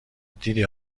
دیدی